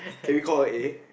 can call her A